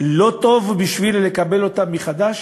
לא טוב בשביל לקבל אותם מחדש?